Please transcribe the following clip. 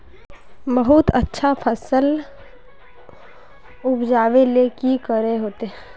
बहुत अच्छा फसल उपजावेले की करे होते?